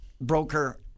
broker